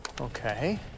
Okay